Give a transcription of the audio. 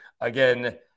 again